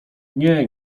nie